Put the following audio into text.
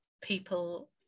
people